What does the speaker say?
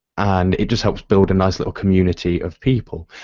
and it just helps build a nice little community of people.